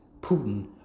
Putin